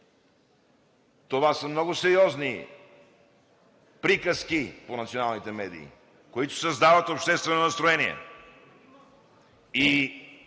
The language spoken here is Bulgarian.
Това са много сериозни приказки по националните медии, които създават обществено настроение и